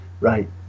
Right